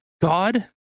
god